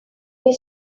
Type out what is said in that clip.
est